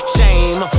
Shame